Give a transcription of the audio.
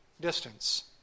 distance